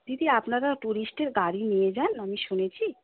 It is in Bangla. দিদি আপনারা ট্যুরিস্টের গাড়ি নিয়ে যান আমি শুনেছি